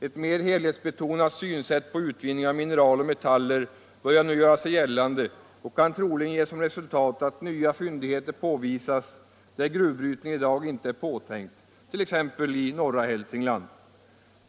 Eu mer helhetsbetonat syn sätt på utvinning av mineral och metaller börjar nu göra sig gällande och kan troligen ge som resultat att nya fyndigheter påvisas där gruv brytning i dag inte är påtänkt, t.ex. i norra Hälsingland.